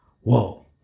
whoa